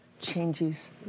changes